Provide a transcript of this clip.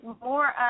more